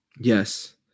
Yes